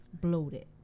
bloated